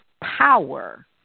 power